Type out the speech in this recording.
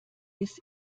biss